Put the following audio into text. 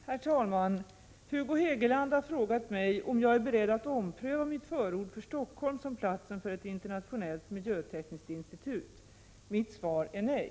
Herr talman! Hugo Hegeland har frågat mig om jag är beredd att ompröva mitt förord för Stockholm som platsen för ett internationellt miljötekniskt institut. Mitt svar är nej.